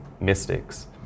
mystics